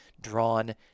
drawn